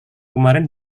kemarin